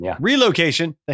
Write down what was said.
relocation